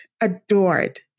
adored